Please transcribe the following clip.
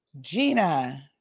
Gina